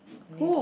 who